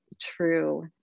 true